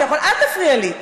אל תפריע לי.